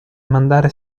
mandare